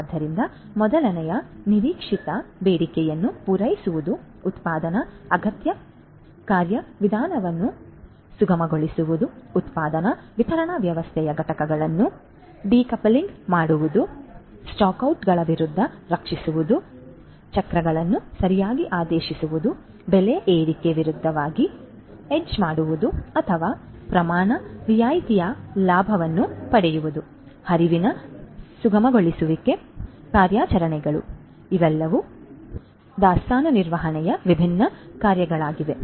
ಆದ್ದರಿಂದ ಮೊದಲನೆಯದು ನಿರೀಕ್ಷಿತ ಬೇಡಿಕೆಯನ್ನು ಪೂರೈಸುವುದು ಉತ್ಪಾದನಾ ಅಗತ್ಯ ಕಾರ್ಯವಿಧಾನವನ್ನು ಸುಗಮಗೊಳಿಸುವುದು ಉತ್ಪಾದನಾ ವಿತರಣಾ ವ್ಯವಸ್ಥೆಯ ಘಟಕಗಳನ್ನು ಡಿಕೌಪ್ಲಿಂಗ್ ಮಾಡುವುದು ಸ್ಟಾಕ್ ಔಟ್ಗಳ ವಿರುದ್ಧ ರಕ್ಷಿಸುವುದು ಚಕ್ರಗಳನ್ನು ಸರಿಯಾಗಿ ಆದೇಶಿಸುವುದು ಬೆಲೆ ಏರಿಕೆಗೆ ವಿರುದ್ಧವಾಗಿ ಹೆಡ್ಜ್ ಮಾಡುವುದು ಅಥವಾ ಪ್ರಮಾಣ ರಿಯಾಯಿತಿಯ ಲಾಭವನ್ನು ಪಡೆಯುವುದು ಹರಿವಿನ ಸುಗಮಗೊಳಿಸುವಿಕೆ ಕಾರ್ಯಾಚರಣೆಗಳು ಆದ್ದರಿಂದ ಇವೆಲ್ಲವೂ ದಾಸ್ತಾನು ನಿರ್ವಹಣೆಯ ವಿಭಿನ್ನ ಕಾರ್ಯಗಳಾಗಿವೆ